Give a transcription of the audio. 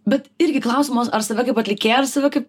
bet irgi klausimas ar save kaip atlikėją ar save kaip